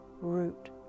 root